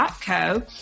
co